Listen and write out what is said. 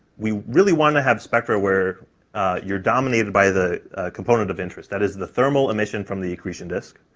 we really want to have spectra where you're dominated by the component of interest, that is the thermal emission from the accretion disk.